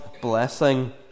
blessing